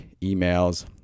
emails